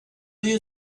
you